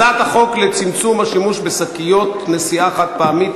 הצעת חוק לצמצום השימוש בשקיות נשיאה חד-פעמיות,